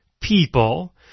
people